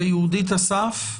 ויהודית אסף,